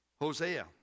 Hosea